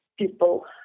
People